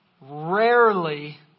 rarely